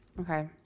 okay